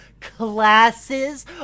classes